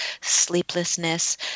sleeplessness